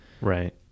Right